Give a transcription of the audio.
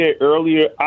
earlier